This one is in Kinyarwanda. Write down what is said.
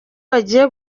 bagiye